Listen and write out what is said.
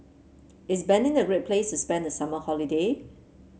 is Benin a great place to spend the summer holiday